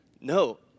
No